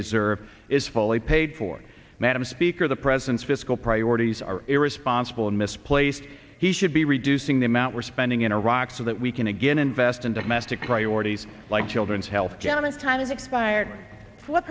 deserve is fully paid for madam speaker the president's fiscal priorities are irresponsible and misplaced he should be reducing the amount we're spending in iraq so that we can again invest in domestic priorities like children's health care in a time is expired f